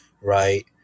right